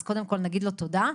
אז קודם כל נגיד לו תודה.